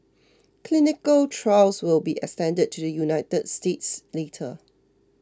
clinical trials will be extended to the United States later